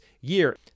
year